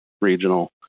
regional